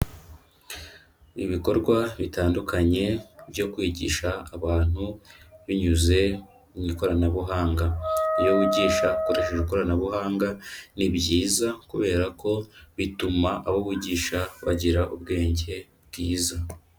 Ibikorwa bitandukanye byo kwigisha abantu binyuze mu ikoranabuhanga, iyo wigisha hakoreshejwe ikoranabuhanga, ni byiza kubera ko bituma abo wigisha bagira ubwenge bwiza.